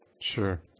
Sure